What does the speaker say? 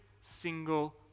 single